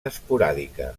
esporàdica